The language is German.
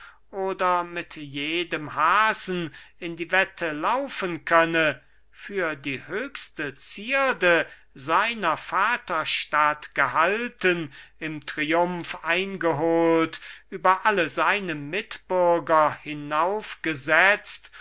oder mit jedem hasen in die wette laufen könne für die höchste zierde seiner vaterstadt gehalten im triumf eingehohlt über alle seine mitbürger